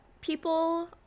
people